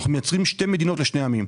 אנחנו מייצרים שתי מדינות לשני עמים.